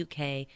uk